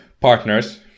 Partners